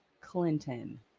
Clinton